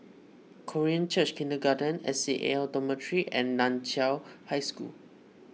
Korean Church Kindergarten S C A L Dormitory and Nan Chiau High School